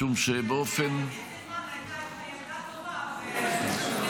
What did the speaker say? משום שבאופן -- כי עידית סילמן הייתה ילדה טובה והיא